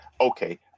okay